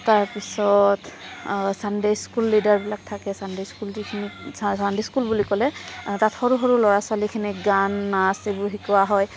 তাৰপিছত Sunday school লিডাৰবিলাক থাকে চানদে স্কুল যিখিনি চানদে স্কুল বুলি ক'লে তাত সৰু সৰু ল'ৰা ছোৱালীখিনিক গান নাচ এইবোৰ শিকোৱা হয়